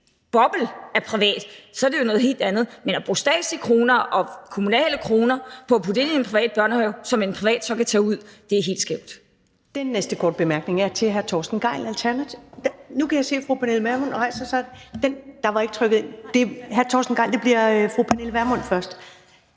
boble af private, er det jo noget helt andet, men at putte statslige kroner og kommunale kroner ind i en privat børnehave, som en privat så kan tage ud, er helt skævt.